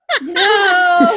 No